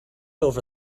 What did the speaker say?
over